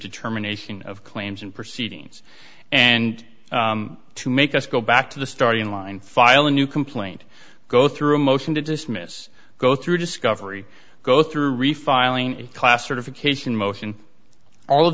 determination of claims and proceedings and to make us go back to the starting line file a new complaint go through a motion to dismiss go through discovery go through refiling class certification motion all of